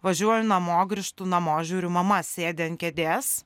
važiuoju namo grįžtu namo žiūriu mama sėdi ant kėdės